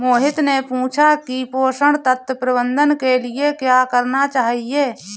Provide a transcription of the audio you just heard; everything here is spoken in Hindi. मोहित ने पूछा कि पोषण तत्व प्रबंधन के लिए क्या करना चाहिए?